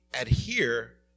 adhere